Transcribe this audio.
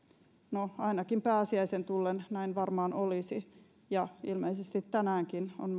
no ainakin pääsiäisen tullen näin varmaan olisi ja ilmeisesti tänäänkin on